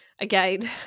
Again